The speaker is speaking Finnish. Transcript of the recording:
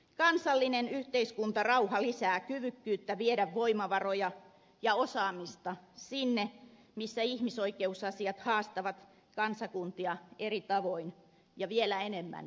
kansallinen yhteiskuntarauha lisää kyvykkyyttä viedä voimavaroja ja osaamista sinne missä ihmisoikeusasiat haastavat kansakuntia eri tavoin ja vielä enemmän kuin meitä